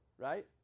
right